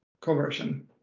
conversion